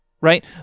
right